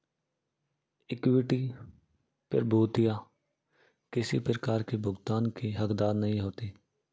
equity प्रभूतियाँ किसी प्रकार की भुगतान की हकदार नहीं होती